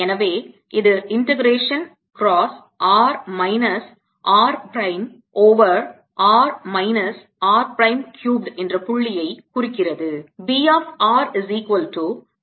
எனவே இது integration cross r minus r prime over r minus r prime cubed என்ற புள்ளியைக் குறிக்கிறது